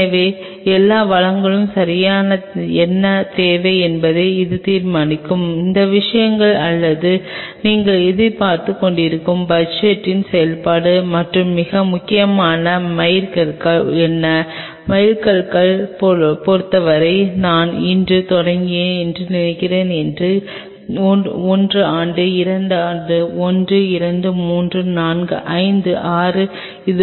எனவே எல்லா வளங்களும் சரியாக என்ன தேவை என்பதை இது தீர்மானிக்கும் இந்த விஷயங்கள் அல்லது நீங்கள் எதிர்பார்த்துக் கொண்டிருக்கும் பட்ஜெட்டின் செயல்பாடு மற்றும் மிக முக்கியமாக மைல்கற்கள் என்ன மைல்கல்லைப் பொறுத்தவரை நான் இன்று தொடங்குகிறேன் என்று நினைக்கிறேன் ஒன்று ஆண்டு இரண்டு ஆண்டு ஒன்று இரண்டு மூன்று நான்கு ஐந்து ஆறு இதேபோல்